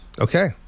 Okay